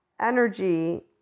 energy